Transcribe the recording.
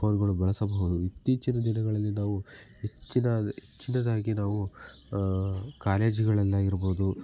ಫ಼ೋನ್ಗಳು ಬಳಸಬಹುದು ಇತ್ತೀಚಿನ ದಿನಗಳಲ್ಲಿ ನಾವು ಹೆಚ್ಚಿನಾ ಹೆಚ್ಚಿನದಾಗಿ ನಾವು ಕಾಲೇಜ್ಗಳಲ್ಲಾಗಿರ್ಬೋದು